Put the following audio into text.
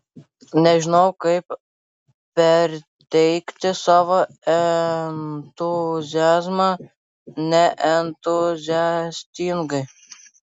nežinau kaip perteikti savo entuziazmą neentuziastingai